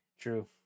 True